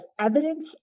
evidence